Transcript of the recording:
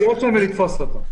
להיות שם ולתפוס אותו.